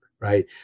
right